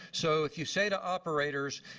so if you say to operators,